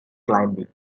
climbing